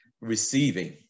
receiving